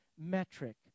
metric